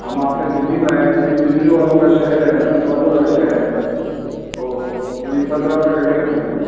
ہم آپ کے دلّی میں آئے ہیں دلّی دلّی والوں کا شہر ہے نا دِل والوں کا شہر ہے تو پلیز پندرہ روپئے کر لینا نا بھیا